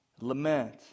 lament